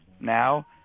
now